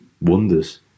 wonders